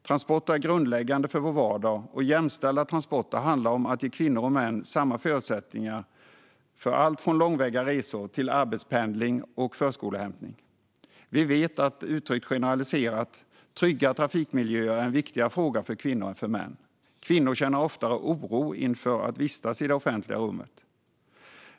Transporter är grundläggande för vår vardag, och jämställda transporter handlar om att ge kvinnor och män samma förutsättningar för allt från långväga resor till arbetspendling och förskolehämtning. Vi vet att trygga trafikmiljöer generaliserat uttryckt är en viktigare fråga för kvinnor än för män. Kvinnor känner oftare oro inför att vistas i det offentliga rummet.